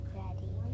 ready